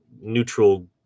neutral